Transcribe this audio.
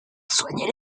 soigner